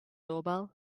doorbell